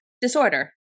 Disorder